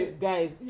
guys